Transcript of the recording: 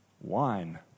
wine